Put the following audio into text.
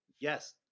Yes